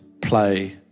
play